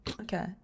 Okay